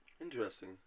interesting